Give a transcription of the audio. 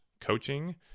coaching